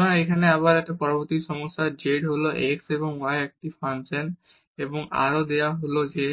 সুতরাং এখানে আবার পরবর্তী সমস্যা z হল x এবং y এর একটি ফাংশন এবং আরও দেওয়া হল যে